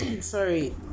Sorry